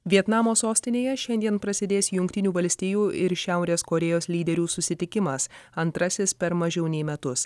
vietnamo sostinėje šiandien prasidės jungtinių valstijų ir šiaurės korėjos lyderių susitikimas antrasis per mažiau nei metus